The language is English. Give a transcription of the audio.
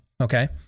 Okay